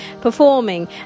performing